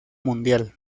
mundial